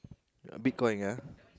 bitcoin ah